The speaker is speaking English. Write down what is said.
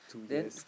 two years